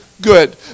good